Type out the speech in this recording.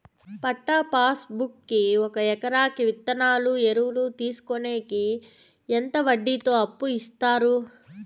పట్టా passbook కి ఒక ఎకరాకి విత్తనాలు, ఎరువులు తీసుకొనేకి ఎంత వడ్డీతో అప్పు ఇస్తారు?